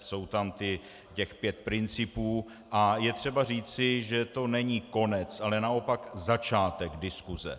Je tam pět principů a je třeba říci, že to není konec, ale naopak začátek diskuze.